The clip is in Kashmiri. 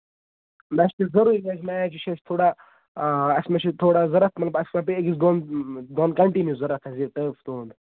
وۄنۍ چھِ اَسہِ ضروٗری حظ میچ یہِ چھُ اَسہِ تھوڑا اَسہِ مہ چھُ ٹھوڑا ضوٚرتھ مطلب اَسہِ مہ پیٚیہِ أکِس دۄن دۄہن کَنٹِنیو ضوٚرتھ حظ یہِ ٹرٕف تُہُنٛد